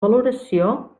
valoració